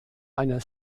einer